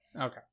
Okay